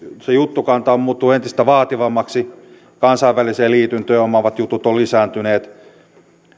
se juttukantahan muuttuu entistä vaativammaksi kansainvälisiä liityntöjä omaavat jutut ovat lisääntyneet